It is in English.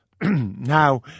Now